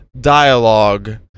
dialogue